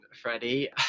freddie